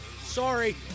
Sorry